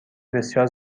بسیار